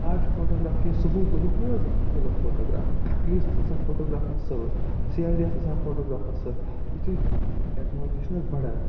آز چھِ فوٹوٗگراف کیٚنہہ ثبوٗت لوبُک نہٕ حظ تُلُکھ فوٹوٗگراف پوٗلیٖسَس آسان فوٹوٗگرافَر سۭتۍ سی آی ڈی یَس آسان فوٹوٗگرافَر سۭتۍ یوٚتھٕے یوٚتھٕے ٹیکنالجی چھِنہٕ حظ بڑان